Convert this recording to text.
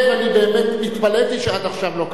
אני באמת התפלאתי שעד עכשיו לא קראת.